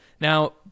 Now